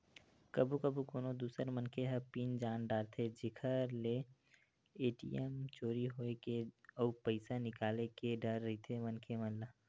कभू कभू कोनो दूसर मनखे ह पिन जान डारथे जेखर ले ए.टी.एम चोरी होए के अउ पइसा निकाले के डर रहिथे मनखे मन ल